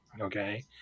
okay